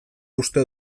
uste